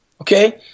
Okay